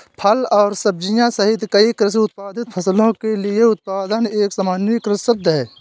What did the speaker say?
फल और सब्जियां सहित कई कृषि उत्पादित फसलों के लिए उत्पादन एक सामान्यीकृत शब्द है